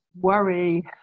worry